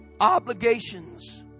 obligations